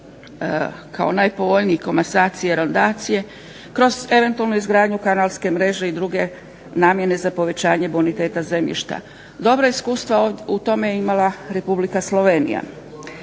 kao najpovoljniji .../Govornica se ne razumije./... kroz eventualnu izgradnju kanalske mreže i druge namjene za povećanje boniteta zemljišta. Dobra iskustva u tome je imala Republika Slovenija.